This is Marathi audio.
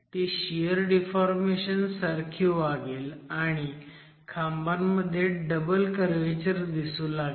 ती शियर डिफॉर्मेशन झाल्यासारखी वागेल आणि खांबांमध्ये डबल कर्व्हेचर दिसू लागेल